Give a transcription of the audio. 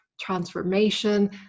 transformation